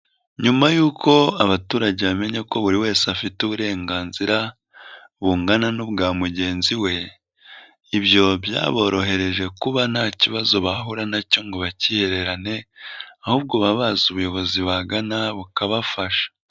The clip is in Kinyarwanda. Nyuma y'uko abaturage bamenya ko buri wese afite uburenganzira bungana n'ubwa mugenzi we, ibyo byaborohereje kuba nta kibazo bahura na cyo ngo bakihererane, ahubwo baba bazi ubuyobozi bagana bukabafasha.